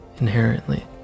inherently